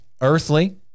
earthly